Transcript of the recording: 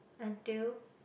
until